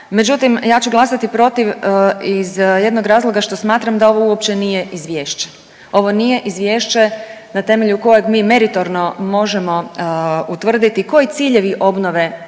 međutim ja ću glasati protiv iz jednog razloga što smatram da ovo uopće nije izvješće, ovo nije izvješće na temelju kojeg mi meritorno možemo utvrditi koji ciljevi obnove